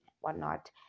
whatnot